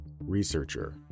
Researcher